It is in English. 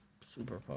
super